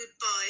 goodbye